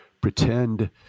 pretend